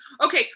Okay